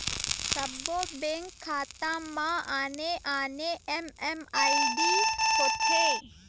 सब्बो बेंक खाता म आने आने एम.एम.आई.डी होथे